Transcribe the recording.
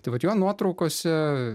tai vat jo nuotraukose